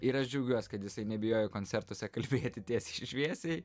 ir aš džiaugiuosi kad jisai nebijojo koncertuose kalbėti tiesiai šviesiai